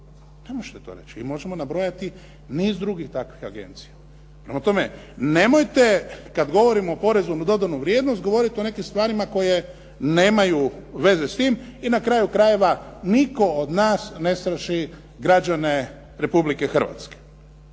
Ne možete to reći. Mi možemo nabrojati niz drugih takvih agencija, prema tome, nemojte kad govorimo o porezu na dodanu vrijednost govoriti o nekim stvarima koje nemaju veze s tim i na kraju krajeva, nitko od nas ne straši građane Republike Hrvatske.